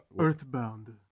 Earthbound